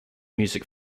music